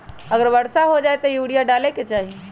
अगर वर्षा हो जाए तब यूरिया डाले के चाहि?